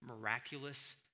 miraculous